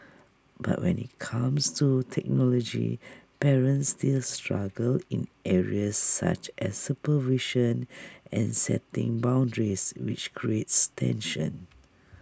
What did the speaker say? but when IT comes to technology parents still struggle in areas such as supervision and setting boundaries which creates tension